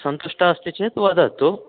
सन्तुष्टा अस्ति चेद् वदतु